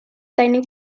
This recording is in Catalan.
tècnic